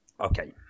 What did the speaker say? okay